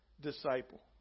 disciple